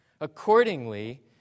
Accordingly